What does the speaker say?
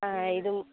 ஆ இதுவும்